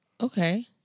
Okay